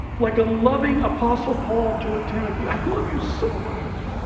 like a loving apostle paul to a timothy. i love you so much.